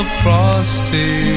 frosty